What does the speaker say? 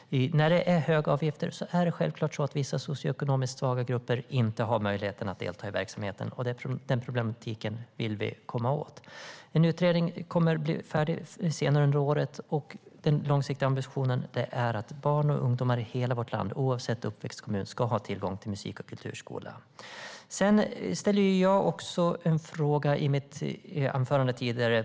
När det är höga avgifter har vissa socioekonomiskt svaga grupper inte möjlighet att delta i verksamheten, och den problematiken vill vi komma åt. En utredning kommer att bli färdig senare under året, och den långsiktiga ambitionen är att barn och ungdomar i hela vårt land, oavsett uppväxtkommun, ska ha tillgång till musik och kulturskola. Jag ställde en fråga i mitt anförande tidigare.